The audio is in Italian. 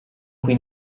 qui